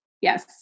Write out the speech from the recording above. Yes